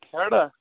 ہیٚرا